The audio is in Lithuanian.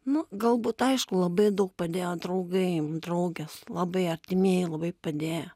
nu galbūt aišku labai daug padėjo draugai draugės labai artimieji labai padėjo